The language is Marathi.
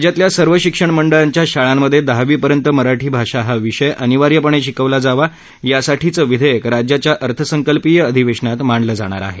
राज्यातल्या सर्व शिक्षणमंडळांच्या शाळांमध्ये दहावीपर्यंत मराठी भाषा हा विषय अनिवार्यपणे शिकवला जावा यासाठीचं विधेयक राज्याच्या अर्थसंकल्पीय अधिवेशनात मांडलं जाणार आहे